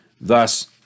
Thus